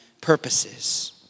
purposes